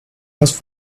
hast